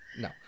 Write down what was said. No